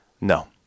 No